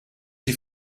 die